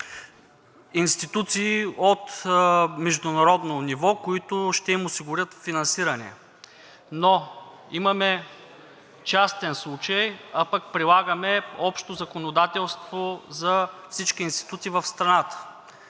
институции от международно ниво, които ще им осигурят финансиране. Имаме частен случай, а пък прилагаме общо законодателство за всички институти в страната.